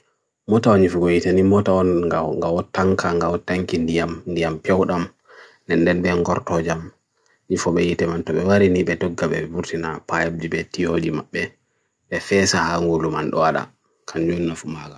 Moto nifu gweite nifu moto ngao tanka ngao tanki ndiyam, ndiyam pyaudam, nnen ben gorto jam, nifu bheite man tobe gwari ndi beto gabe bursi na payab jibet tiyo jimabbe, e fesaha ngu luman doada kanun na fumaga.